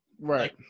right